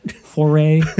Foray